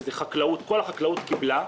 שזה חקלאות כל החקלאות קיבלה.